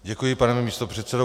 Děkuji, pane místopředsedo.